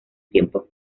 tiempos